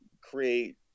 create